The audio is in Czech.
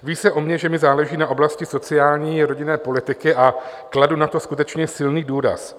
Ví se o mně, že mi záleží na oblasti sociální a rodinné politiky, a kladu na to skutečně silný důraz.